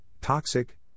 Toxic